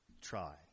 Try